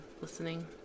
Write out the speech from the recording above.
listening